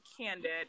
candid